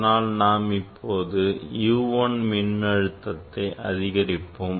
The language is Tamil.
அதனால் நாம் இப்போது U1 மின்னழுத்தத்தை அதிகரிப்போம்